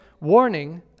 warning